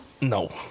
No